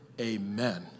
amen